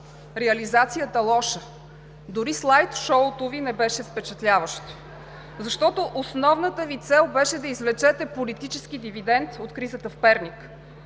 реализацията лоша. Дори слайдшоуто Ви не беше впечатляващо, защото основната Ви цел беше да извлечете политически дивидент от кризата в Перник.